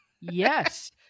yes